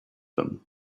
them